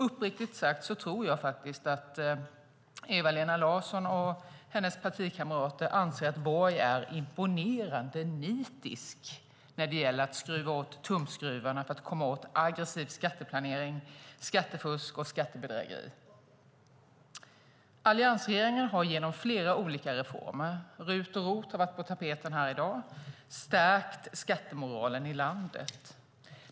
Uppriktigt sagt tror jag att Eva-Lena Jansson och hennes partikamrater anser att Borg är imponerande nitisk när det gäller att skruva åt tumskruvarna för att komma åt aggressiv skatteplanering, skattefusk och skattebedrägerier. Alliansregeringen har genom flera olika reformer - RUT och ROT har varit på tapeten här i dag - stärkt skattemoralen i landet.